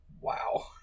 Wow